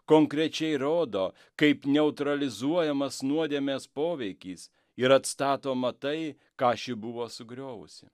konkrečiai rodo kaip neutralizuojamas nuodėmės poveikis ir atstatoma tai ką ši buvo sugriovusi